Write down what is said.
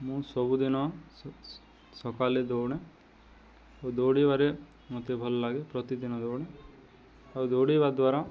ମୁଁ ସବୁଦିନ ସକାଲେ ଦୌଡ଼େ ଦୌଡ଼ିବାରେ ମୋତେ ଭଲ ଲାଗେ ପ୍ରତିଦିନ ଦୌଡ଼େ ଆଉ ଦୌଡ଼ିବା ଦ୍ୱାରା